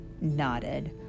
nodded